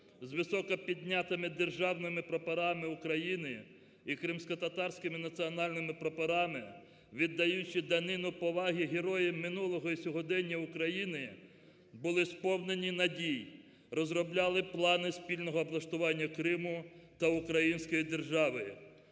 з високо піднятими державними прапорами України і кримськотатарськими національними прапорами, віддаючи данину поваги героям минулого і сьогодення України, були сповнені надій, розробляли плани спільного облаштування Криму та української держави,